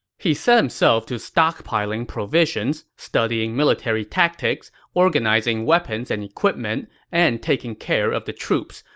he set himself to stockpiling provisions, studying military tactics, organizing weapons and equipment, and taking care of the troops,